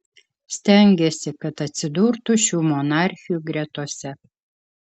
stengėsi kad atsidurtų šių monarchių gretose